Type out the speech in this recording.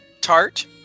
tart